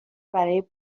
برای